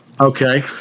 okay